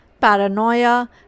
paranoia